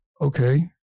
Okay